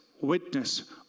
witness